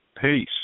Peace